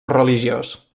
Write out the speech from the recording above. religiós